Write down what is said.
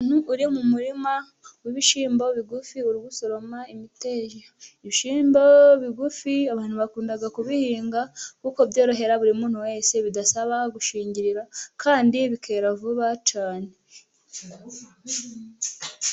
Umuntu uri mu murima w'ibishyimbo bigufi uri gusoroma imiteja, ibishyimbo bigufi abantu bakunda kubihinga, kuko byorohera buri muntu wese bidasaba gushingirira kandi bikera vuba cyane.